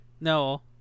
No